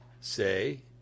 say